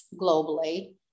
globally